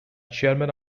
chairman